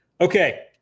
Okay